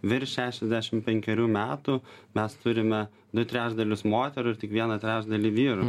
virš šešiasdešim penkerių metų mes turime du trečdalius moterų ir tik vieną trečdalį vyrų